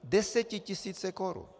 Desetitisíce korun!